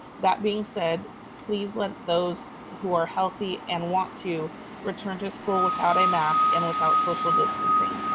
that being said, please let those who are healthy and want to return to school without a mask and without social distancing.